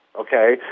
Okay